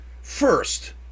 First